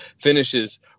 finishes